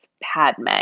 Padme